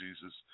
Jesus